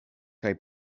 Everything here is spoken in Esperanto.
kaj